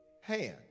hand